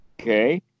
Okay